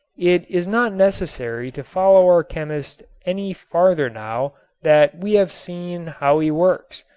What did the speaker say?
it is not necessary to follow our chemist any farther now that we have seen how he works,